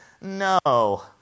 No